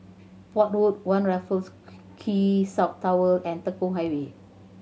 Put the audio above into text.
Port Road One Raffles Quay South Tower and Tekong Highway